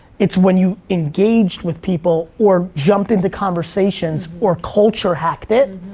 it's when you engage with people or jumped into conversations or culture hackin' it,